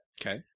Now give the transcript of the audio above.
Okay